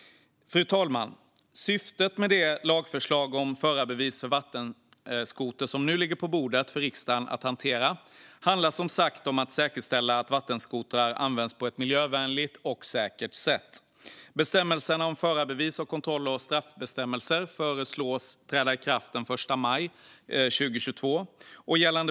Fru talman! Syftet med det lagförslag om förarbevis för vattenskoter som nu ligger på bordet för riksdagen att hantera är som sagt att säkerställa att vattenskotrar används på ett miljövänligt och säkert sätt. Bestämmelsen om förarbevis, kontroll och straffbestämmelser föreslås träda i kraft den 1 maj 2022.